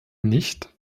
nicht